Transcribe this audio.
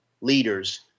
leaders